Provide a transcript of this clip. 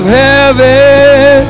heaven